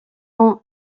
ont